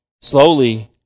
slowly